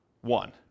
one